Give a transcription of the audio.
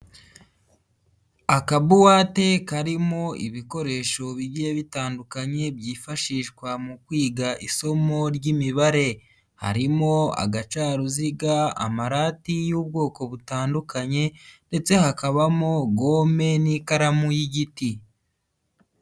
Akabuwate karimo ibikoresho bigiye bitandukanye byifashishwa mu kwiga isomo ry'imibare harimo agacaruziga, amarati y'ubwoko butandukanye ndetse hakabamo gome n'ikaramu y'igiti.